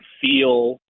feel